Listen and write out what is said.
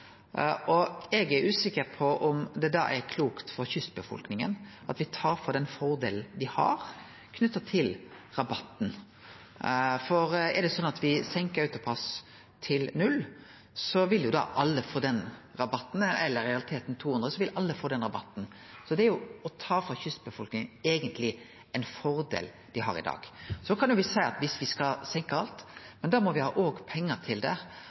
Eg er usikker på om det da er klokt for kystbefolkninga at me tar frå dei den fordelen dei har knytt til rabatten. Er det sånn at me senkar AutoPASS til null – eller i realiteten 200 kr – vil alle få den rabatten, så det er jo eigentleg å ta frå kystbefolkninga ein fordel dei har i dag. Så kan me seie at me skal senke alt, men da må me òg ha pengar til det.